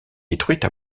détruite